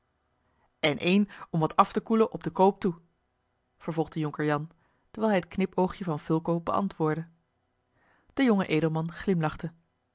en één om wat af te koelen op den koop toe vervolgde jonker jan terwijl hij het knipoogje van fulco beantwoordde de jonge edelman glimlachte